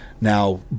Now